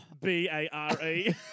B-A-R-E